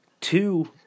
two